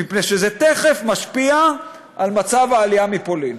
מפני שזה תכף משפיע על מצב העלייה מפולין".